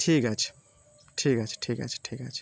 ঠিক আছে ঠিক আছে ঠিক আছে ঠিক আছে